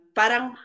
parang